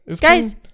guys